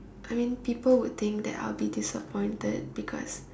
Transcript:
I mean people would think that I would be disappointed because